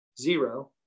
zero